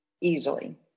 easily